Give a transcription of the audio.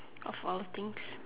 of all things